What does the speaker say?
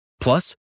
Plus